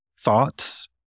thoughts